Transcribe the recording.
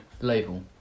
label